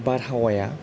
बारहावाया